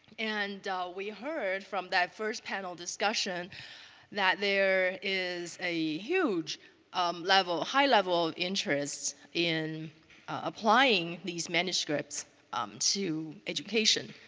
and we heard from that first panel discussion that there is a huge um level, high level of interest in applying these manuscripts um to education,